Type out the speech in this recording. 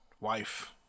wife